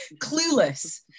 clueless